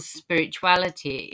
spirituality